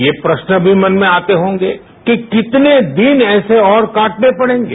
ये प्रश्न भी मन में आते होंगे कि कितने दिन ऐसे और काटने पड़ेगे